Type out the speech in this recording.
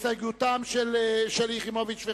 נעשה איזה הסכם עם האיחוד הלאומי שביקש